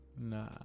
Nah